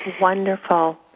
Wonderful